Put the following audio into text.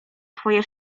twoje